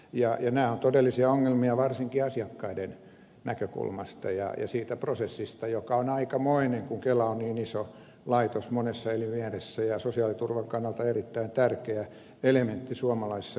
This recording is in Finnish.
nämä ovat todellisia ongelmia varsinkin asiakkaiden näkökulmasta ja se prosessi on aikamoinen kun kela on niin iso laitos monessa eri mielessä ja sosiaaliturvan kannalta erittäin tärkeä elementti suomalaisessa yhteiskunnassa